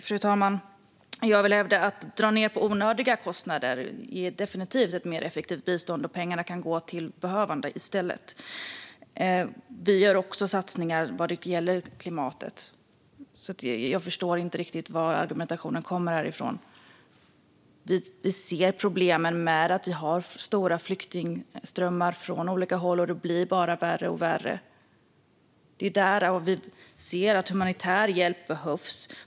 Fru talman! Att dra ned på onödiga kostnader ger, vill jag hävda, definitivt ett mer effektivt bistånd. Pengarna kan gå till behövande i stället. Vi gör också satsningar vad gäller klimatet. Jag förstår inte riktigt var argumentationen kommer ifrån. Vi ser problemen med stora flyktingströmmar från olika håll. Det blir bara värre och värre. Det är där vi ser att humanitär hjälp behövs.